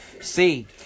see